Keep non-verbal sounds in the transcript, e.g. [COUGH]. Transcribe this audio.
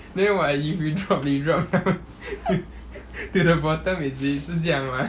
then what if you drop you drop down [LAUGHS] to the bottom is it 是这样吗